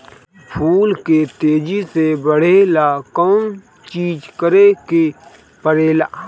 फूल के तेजी से बढ़े ला कौन चिज करे के परेला?